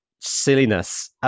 silliness